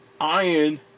iron